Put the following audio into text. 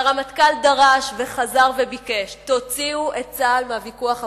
והרמטכ"ל דרש וחזר וביקש: תוציאו את צה"ל מהוויכוח הפוליטי.